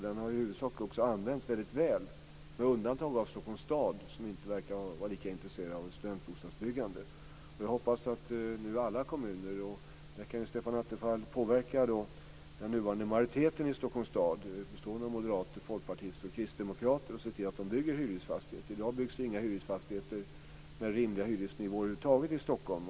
Den har i huvudsak använts väl, med undantag av Stockholms stad som inte verkar vara lika intresserad av studentbostadsbyggande. Stefan Attefall kan väl påverka den nuvarande majoriteten i Stockholms stad bestående av moderater, folkpartister och kristdemokrater och se till att de bygger hyresfastigheter. I dag byggs inga hyresfastigheter med rimliga hyresnivåer över huvud taget i Stockholm.